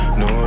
no